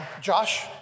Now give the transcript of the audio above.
Josh